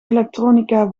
elektronica